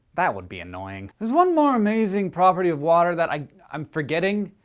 that would be annoying. there's one more amazing property of water that i'm forgetting.